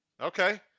okay